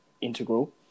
integral